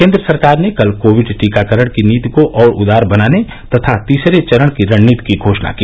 केन्द्र सरकार ने कल कोविड टीकाकरण की नीति को और उदार बनाने तथा तीसरे चरण की रणनीति की घोषणा की